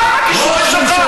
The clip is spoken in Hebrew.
אתה שם את עצמך.